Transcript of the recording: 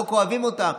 לא כואבים אותם,